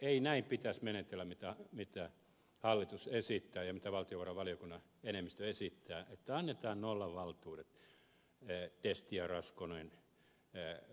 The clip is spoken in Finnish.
ei näin pitäisi menetellä mitä hallitus esittää ja mitä valtiovarainvaliokunnan enemmistö esittää että annetaan nollavaltuudet destian raskoneen jnp